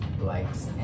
likes